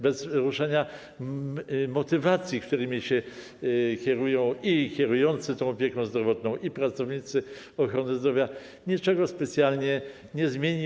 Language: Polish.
Bez ruszania motywacji, którymi kierują się kierujący tą opieką zdrowotną i pracownicy ochrony zdrowia, niczego to specjalnie nie zmieni.